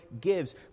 gives